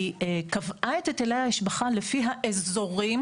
היא קבעה את היטלי ההשבחה לפי האזורים,